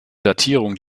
datierung